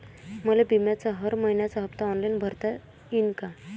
मले बिम्याचा हर मइन्याचा हप्ता ऑनलाईन भरता यीन का?